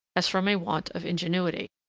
as from a want of ingenuity.